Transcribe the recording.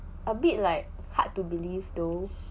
a bit like hard to believe though